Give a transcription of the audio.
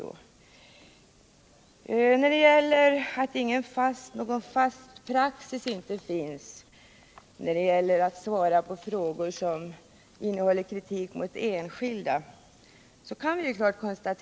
Vi kan klart konstatera att det inte finns någon fast praxis när det gäller besvarandet av frågor som innehåller kritik mot enskilda.